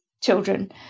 children